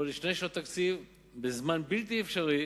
כאן, לשתי שנות תקציב, בזמן בלתי אפשרי